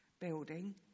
building